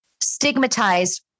stigmatized